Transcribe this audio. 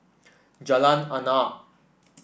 Jalan Arnap